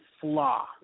flaw